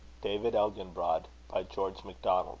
david elginbrod by george macdonald